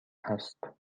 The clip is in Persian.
است